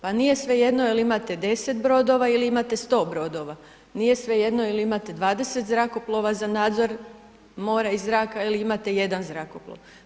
Pa nije svejedno jel imate 10 brodova ili imate 100 brodova, nije svejedno jel imate 20 zrakoplova za nadzor mora i zraka ili imate 1 zrakoplov.